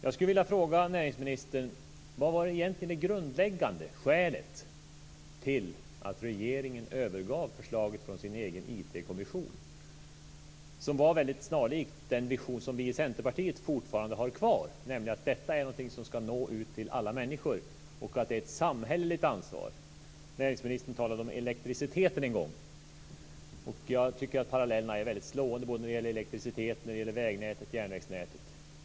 Jag skulle vilja fråga näringsministern: Vilket var egentligen det grundläggande skälet till att regeringen övergav förslaget från sin egen IT-kommission? Det var snarlikt den vision som vi i Centerpartiet fortfarande har kvar, nämligen att detta är någonting som ska nå ut till alla människor, och att det är ett samhälleligt ansvar. Näringsministern talade om elektriciteten en gång, och jag tycker att parallellerna är slående både när det gäller elektriciteten, vägnätet och järnvägsnätet.